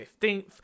15th